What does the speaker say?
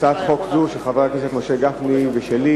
הצעת חוק זו, של חבר הכנסת משה גפני ושלי,